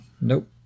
Nope